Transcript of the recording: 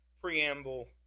preamble